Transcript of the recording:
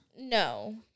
No